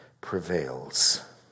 prevails